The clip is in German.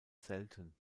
selten